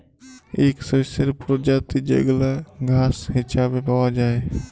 ইক শস্যের পরজাতি যেগলা ঘাঁস হিছাবে পাউয়া যায়